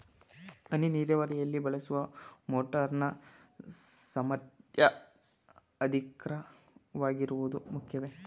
ಹನಿ ನೀರಾವರಿಯಲ್ಲಿ ಬಳಸುವ ಮೋಟಾರ್ ನ ಸಾಮರ್ಥ್ಯ ಅಧಿಕವಾಗಿರುವುದು ಮುಖ್ಯವೇ?